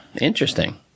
Interesting